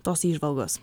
tos įžvalgos